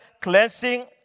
cleansing